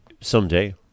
Someday